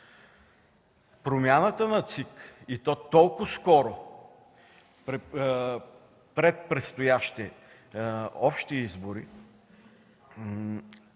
Промяната на ЦИК и то толкова скоро пред предстоящи общи избори